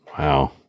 Wow